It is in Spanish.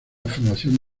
formación